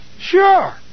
Sure